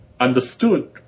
understood